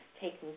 taking